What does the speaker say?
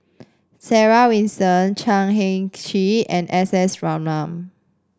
Sarah Winstedt Chan Heng Chee and S S Ratnam